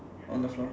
on the floor